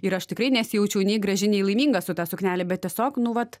ir aš tikrai nesijaučiau nei graži nei laiminga su ta suknele bet tiesiog nu vat